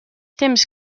temps